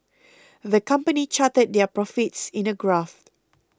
the company charted their profits in a graph